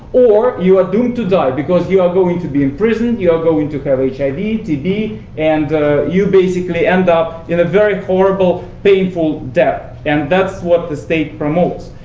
or you are doomed to die, because you are going to be imprisoned, you're going to have i mean tb, and you basically end up in a very horrible, painful death. and that's what the state promotes.